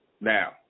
Now